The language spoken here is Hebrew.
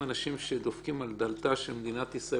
אנשים שדופקים על דלתה על מדינת ישראל,